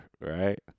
right